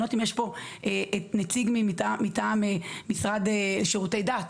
אני לא יודעת אם יש פה נציג מטעם המשרד לשירותי דת,